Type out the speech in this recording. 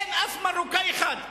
אבל, אין אף מרוקאי אחד.